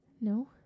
No